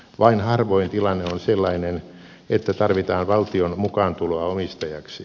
vain harvoin tilanne on sellainen että tarvitaan valtion mukaantuloa omistajaksi